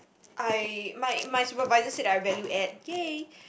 I my my supervisor said that I value add !yay!